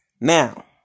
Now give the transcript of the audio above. Now